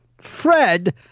Fred